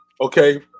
Okay